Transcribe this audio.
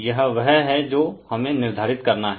यह वह है जो हमे निर्धारित करना हैं